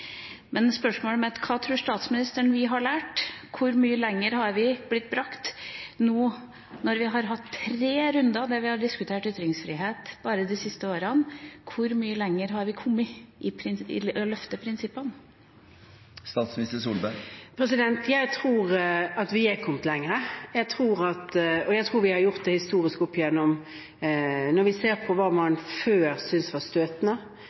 Men spørsmålet mitt er: Hva tror statsministeren vi har lært? Hvor mye lenger har vi blitt brakt, nå når vi har hatt tre runder der vi har diskutert ytringsfrihet bare de siste årene – hvor mye lenger har vi kommet i å løfte prinsippene? Jeg tror at vi er kommet lenger, og jeg tror at vi har gjort det historisk oppigjennom tidene. Når vi ser på hva man før syntes var støtende,